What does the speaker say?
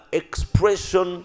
expression